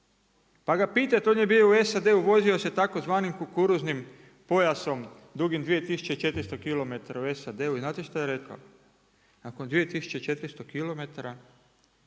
Pa ga pitajte, on je bio u SAD-u, vozio se tzv. kukuruznim pojasom dugim 2400 km u SAD-u. I znate što je rekao? Nakon 2400 km